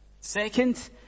Second